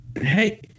Hey